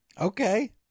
Okay